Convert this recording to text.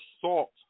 salt